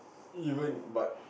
even but